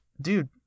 dude